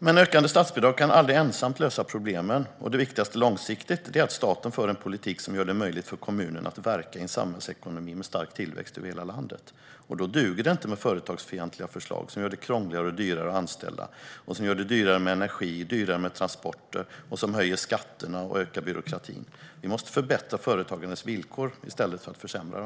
Ökade statsbidrag kan dock aldrig ensamt lösa problemen. Det viktigaste långsiktigt är att staten för en politik som gör det möjligt för kommunerna att verka i en samhällsekonomi med stark tillväxt över hela landet. Då duger det inte med företagsfientliga förslag som gör det krångligare och dyrare att anställa, som gör det dyrare med energi och transporter och som höjer skatterna och ökar byråkratin. Vi måste förbättra företagarnas villkor i stället för att försämra dem.